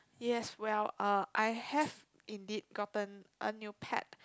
yes well uh I have indeed gotten a new pet